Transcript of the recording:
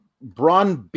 Braun